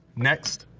next,